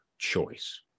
choice